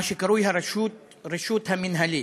מה שקרוי הרשות המינהלית,